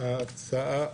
הצבעה ההצעה אושרה.